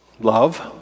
love